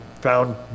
found